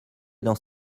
dans